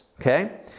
okay